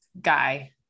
guy